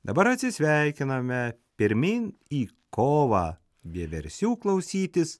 dabar atsisveikiname pirmyn į kovą vieversių klausytis